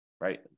right